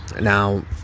Now